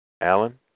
Alan